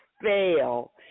fail